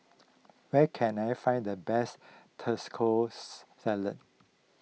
where can I find the best Salad